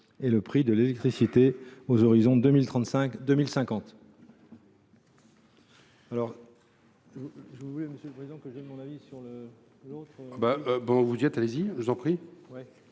et le prix de l’électricité aux horizons 2035 et 2050.